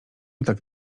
tak